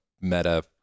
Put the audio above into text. meta